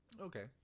Okay